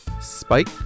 Spike